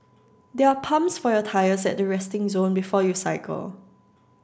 there are pumps for your tyres at the resting zone before you cycle